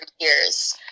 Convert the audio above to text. years